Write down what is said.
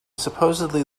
supposedly